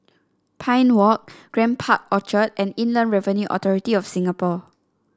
Pine Walk Grand Park Orchard and Inland Revenue Authority of Singapore